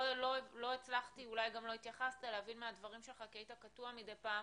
לא הצלחתי להבין מהדברים שלך ואולי גם לא התייחסת כי היית קטוע מדי פעם